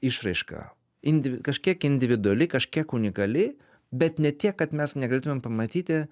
išraiška indiv kažkiek individuali kažkiek unikali bet ne tiek kad mes negalėtumėm pamatyti